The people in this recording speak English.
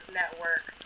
network